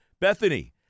Bethany